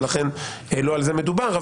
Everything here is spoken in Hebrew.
ולכן לא על זה מדובר.